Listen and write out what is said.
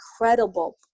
incredible